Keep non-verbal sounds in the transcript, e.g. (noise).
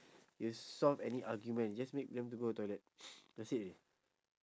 you solve any argument you just make them to go toilet (noise) that's it already